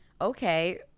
okay